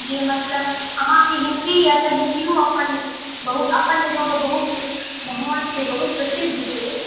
जे मतलब अहाँके हिन्दी अइ तऽ हिन्दिओ अपन बहुत अपन जगहपर बहुत महान छै बहुत प्रसिद्ध छै